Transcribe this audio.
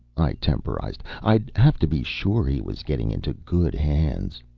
i temporized, i'd have to be sure he was getting into good hands